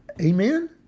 Amen